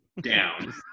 Down